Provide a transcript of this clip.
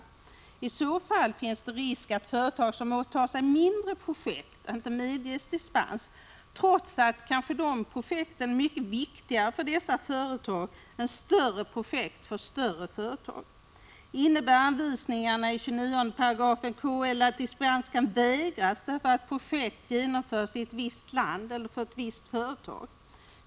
Detta innebär i så fall att det finns risk att företag som åtar sig mindre projekt inte medges dispens, trots att dessa projekt kanske är mycket viktigare för dessa företag än ”större” projekt för större företag. Innebär anvisningarna i 29 § KL att dispens kan vägras därför att projektet genomförs i ett visst land eller för ett visst företag?